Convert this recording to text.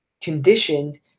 conditioned